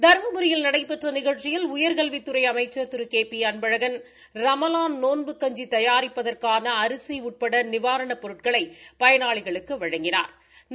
தருமபுரியில் நடைபெற்ற நிகழ்ச்சியில் உயர்கல்வித்துறை அமைச்சர் திரு கே பி அன்பழகன் ரமலான் நோன்பு கஞ்சி தயாிப்பதற்கான அரிசி உட்பட நிவாரணப் பொருட்களை பயனாளிகளுக்கு வழங்கினாா்